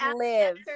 live